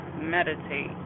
Meditate